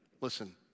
Listen